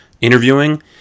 interviewing